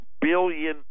billion